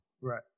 Right